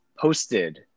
posted